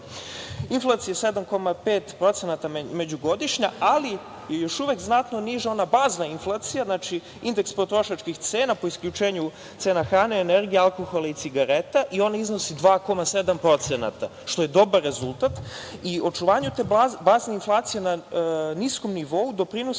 Inflacija 7,5% međugodišnja, ali još uvek znatno niža ona bazna inflacija, znači, indeks potrošačkih cena po isključenju cena hrane, energije, alkohol i cigareta i ona iznosi 2,7% što je dobar rezultat, i očuvanju te bazne inflacije na niskom nivou doprinosi dugogodišnja